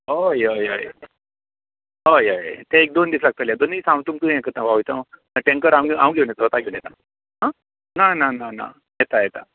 हय हय हय हय हय हय तें एक दोन दीस लागतलें दोनी दीस हांव ये तुमकां पावयता टेंकर हांव हांव घेवन येतलो स्वता घेवन आं ना ना ना ना येता येता